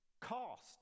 cost